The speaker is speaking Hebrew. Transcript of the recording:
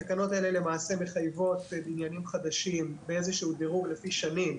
התקנות האלה למעשה מחייבות בניינים חדשים באיזשהו דירוג לפי שנים,